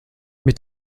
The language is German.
mit